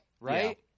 Right